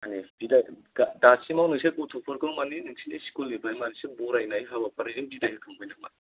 माने बिदाय गा दा दासिमाव नोंसोर गथ'फोरखौ माने नोंसोरनि स्कुलनिफ्राय मानसिफोरखौ बरायनाय हाबाफारिजों बिदाय होखांबाय नामा